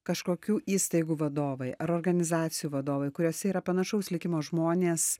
kažkokių įstaigų vadovai ar organizacijų vadovai kuriose yra panašaus likimo žmonės